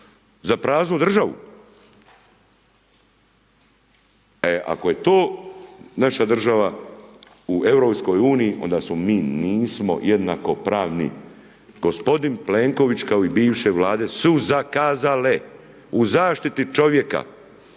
za praznu državu? E ako je to naša država u Europskoj uniji, onda smo mi, nismo jednakopravni. Gospodin Plenković kako i bivše Vlade su zakazale, u zaštiti čovjeka,